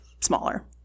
smaller